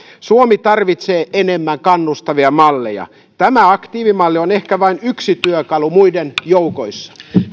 suomi tarvitsee enemmän kannustavia malleja tämä aktiivimalli on ehkä vain yksi työkalu muiden joukossa